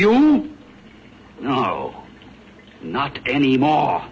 you know not anymore